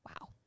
wow